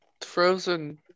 frozen